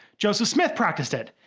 joseph smith practised it,